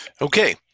Okay